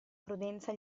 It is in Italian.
prudenza